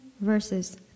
verses